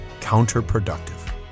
counterproductive